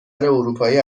اروپایی